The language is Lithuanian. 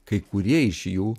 kai kurie iš jų